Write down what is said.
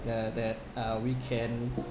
the that uh we can